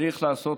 צריך לעשות